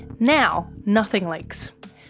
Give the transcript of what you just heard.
now, nothing leaks.